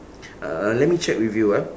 uh let me check with you ah